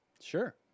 Sure